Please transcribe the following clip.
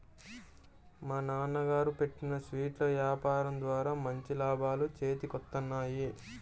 మా నాన్నగారు పెట్టిన స్వీట్ల యాపారం ద్వారా మంచి లాభాలు చేతికొత్తన్నాయి